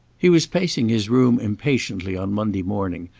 he was pacing his room impatiently on monday morning,